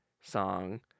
song